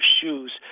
shoes